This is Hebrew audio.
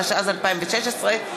התשע"ז 2016,